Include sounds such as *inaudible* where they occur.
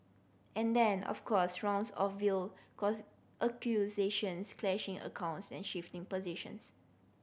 and then of course rounds of veiled *unintelligible* accusations clashing accounts and shifting positions